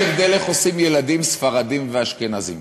יש הבדל איך עושים ילדים ספרדים ואשכנזים.